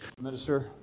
minister